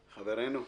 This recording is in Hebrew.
חברנו,